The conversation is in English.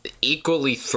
equally